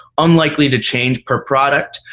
unlikely to change per product.